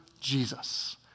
Jesus